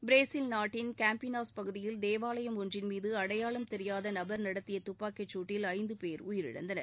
Brazil நாட்டின் Campinas பகுதியில் தேவாலயம் ஒன்றின் மீது அடையாளம் தெரியாத நபர் நடத்திய துப்பாக்கிச்சூட்டில் ஐந்து பேர் உயிரிழந்தனர்